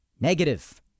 negative